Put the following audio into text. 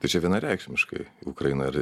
tačiau vienareikšmiškai ukraina ir